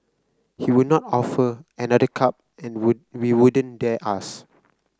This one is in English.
he would not offer another cup and we we wouldn't dare ask